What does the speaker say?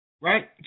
Right